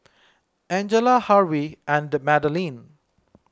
Angella Harvey and Madaline